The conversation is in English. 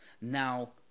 Now